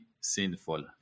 Sinful